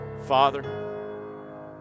Father